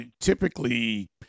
typically –